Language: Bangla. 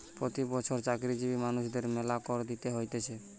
প্রতি বছর চাকরিজীবী মানুষদের মেলা কর দিতে হতিছে